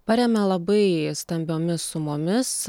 paremia labai stambiomis sumomis